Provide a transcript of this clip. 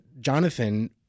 Jonathan